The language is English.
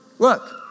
Look